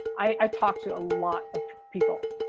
i talk to a lot of people.